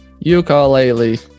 Ukulele